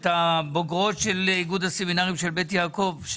את הבוגרות של איגוד הסמינרים של בית יעקב,